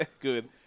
Good